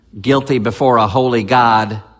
guilty-before-a-holy-God